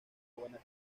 buena